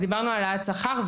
העלאת שכר,